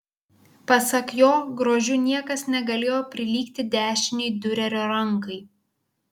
pasak jo grožiu niekas negalėjo prilygti dešinei diurerio rankai